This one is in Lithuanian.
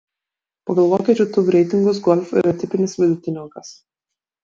pagal vokiečių tuv reitingus golf yra tipinis vidutiniokas